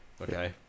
Okay